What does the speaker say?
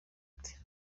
ati